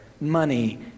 money